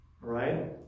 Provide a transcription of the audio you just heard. right